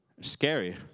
Scary